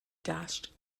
dashed